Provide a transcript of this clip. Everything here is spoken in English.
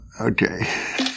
Okay